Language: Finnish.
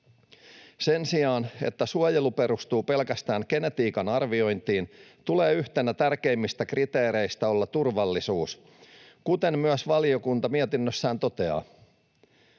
Sen sijaan, että suojelu perustuu pelkästään genetiikan arviointiin, tulee yhtenä tärkeimmistä kriteereistä olla turvallisuus, kuten myös valiokunta mietinnössään toteaa.